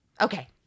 Okay